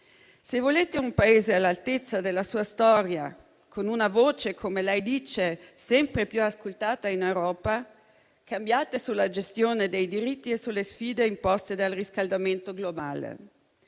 Se volete un Paese all'altezza della sua storia, con una voce, come lei dice, sempre più ascoltata in Europa, cambiate sulla gestione dei diritti e sulle sfide imposte dal riscaldamento globale;